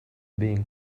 being